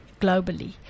Globally